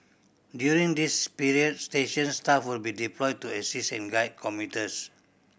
during this period station staff will be deployed to assist and guide commuters